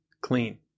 clean